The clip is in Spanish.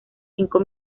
cinco